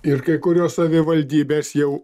ir kai kurios savivaldybės jau